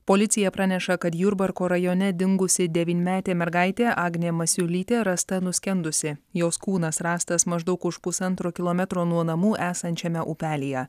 policija praneša kad jurbarko rajone dingusi devynmetė mergaitė agnė masiulytė rasta nuskendusi jos kūnas rastas maždaug už pusantro kilometro nuo namų esančiame upelyje